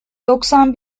doksan